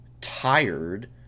tired